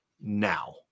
now